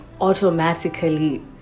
automatically